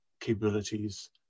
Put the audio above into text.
capabilities